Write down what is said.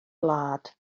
wlad